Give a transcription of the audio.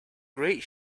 great